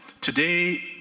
Today